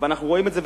אנחנו רואים את זה,